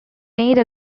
made